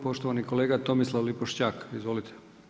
Poštovani kolega Tomislav Lipošćak, izvolite.